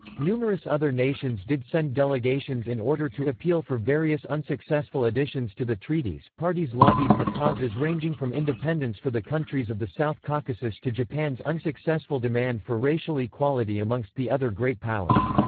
numerous other nations did send delegations in order to appeal for various unsuccessful additions to the treaties parties lobbied for causes ranging from independence for the countries of the south caucasus to japan's unsuccessful demand for racial equality amongst the other great powers.